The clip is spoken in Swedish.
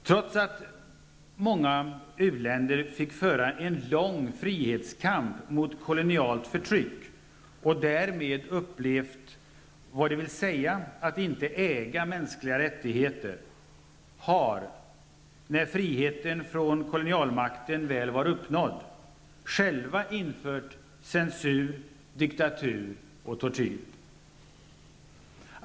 Trots att många u-länder fick föra en lång frihetskamp mot kolonialt förtryck och därmed upplevde vad det vill säga att inte äga mänskliga rättigheter har de -- när friheten från kolonialmakten väl var uppnådd -- själva infört censur, diktatur och tortyr.